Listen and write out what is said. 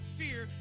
fear